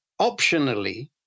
optionally